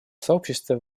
сообщества